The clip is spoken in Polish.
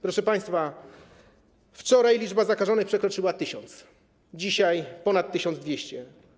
Proszę państwa, wczoraj liczba zakażonych przekroczyła 1000, dzisiaj wynosi ponad 1200.